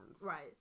Right